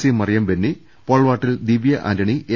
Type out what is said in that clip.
C Mariyam Benny പോൾവാൾട്ടിൽ ദിവ്യആൻ്റണി A